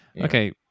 Okay